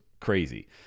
crazy